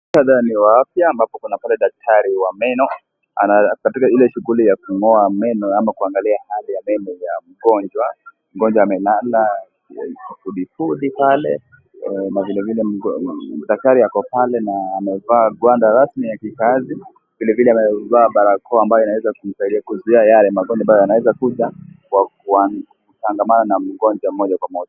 Wa afya ambapo kuna pale daktari wa meno ana katika ile shughuli ya kungoa meno ama kuangalia hali ya meno ya mgonjwa . Mgonjwa amelala fudifudi pale na vilevile daktari ako pale na amevaa gwanda rasmi ya kikazi vilevile amevaa barakoa ambayo inaweza kumsaidia kuzuia yale magonjwa ambayo yanaweza kuja kwa kutangamana na mgonjwa moja kwa moja.